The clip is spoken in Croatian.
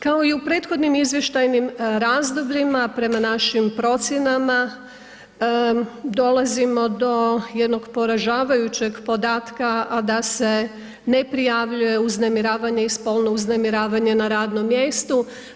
Kao i u prethodnim izvještajnim razdobljima, prema našim procjenama dolazimo do jednog poražavajućeg podatka, a da se ne prijavljuje uznemiravanje i spolno uznemiravanje na radnom mjestu.